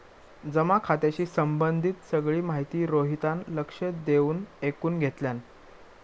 जमा खात्याशी संबंधित सगळी माहिती रोहितान लक्ष देऊन ऐकुन घेतल्यान